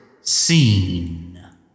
scene